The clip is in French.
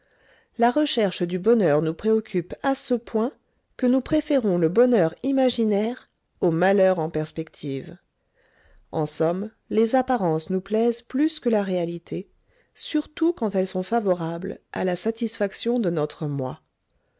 la recherche du bonheur nous préoccupe à ce point que nous préférons le bonheur imaginaire au malheur en perspective en somme les apparences nous plaisent plus que la réalité surtout quand elles sont favorables à la satisfaction de notre moi